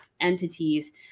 entities